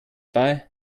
bei